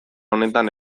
honetan